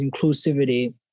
inclusivity